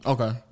Okay